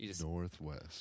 Northwest